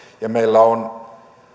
meillä on